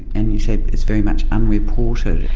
and you said it's very much unreported.